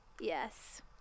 Yes